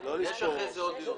אני מחדש את הישיבה.